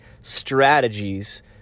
strategies